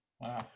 wow